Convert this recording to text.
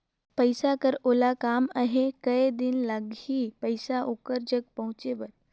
पइसा कर ओला काम आहे कये दिन लगही पइसा ओकर जग पहुंचे बर?